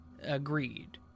agreed